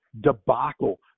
debacle